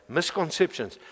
Misconceptions